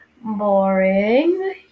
boring